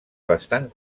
bastant